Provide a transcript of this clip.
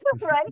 right